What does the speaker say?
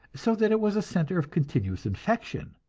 so that it was a center of continuous infection.